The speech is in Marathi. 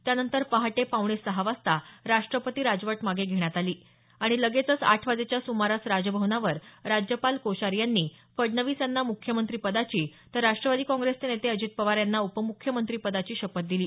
त्यानंतर पहाटे पावणे सहा वाजता राष्टपती राजवट मागे घेण्यात आली आणि लगेचच आठ वाजेच्या सुमाराला राजभवनावर राज्यपाल कोश्यारी यांनी फडणवीस यांना मुख्यमंत्रिपदाची तर राष्टवादी काँग्रेसचे नेते अजित पवार यांना उपम्ख्यमंत्रिपदाची शपथ दिली